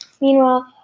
Meanwhile